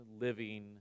living